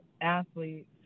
athletes